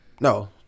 no